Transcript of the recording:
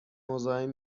مزاحم